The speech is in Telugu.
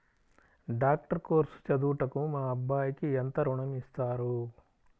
డాక్టర్ కోర్స్ చదువుటకు మా అబ్బాయికి ఎంత ఋణం ఇస్తారు?